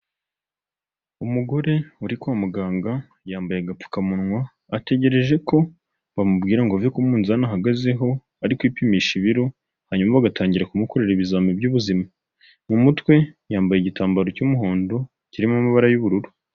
Umugore uri kwa muganga yambaye agapfukamunwa, ategereje ko bamubwira ngo ave ku munzani ahagazeho ari kwipimisha ibiro, hanyuma bagatangira kumukorera ibizami by'ubuzima, mu mutwe yambaye igitambaro cy'umuhondo kirimo amabara y'ubururu.